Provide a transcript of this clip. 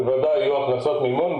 בוודאי יהיו הכנסות מימון.